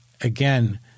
again